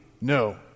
No